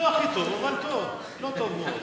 דיברת טוב, אבל לא בסדר, לא כל כך בסדר,